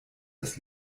das